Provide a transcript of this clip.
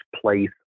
place